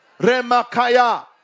Remakaya